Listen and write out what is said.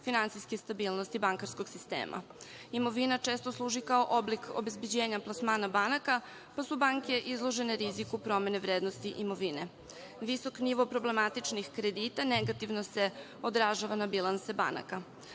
finansijske stabilnosti bankarskog sistema. Imovina često služi kao oblik obezbeđenja plasmana banaka, pa su banke izložene riziku promene vrednosti imovine. Visok nivo problematičnih kredita, negativno se odražava na bilanse banaka. Takođe,